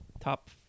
Top